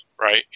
right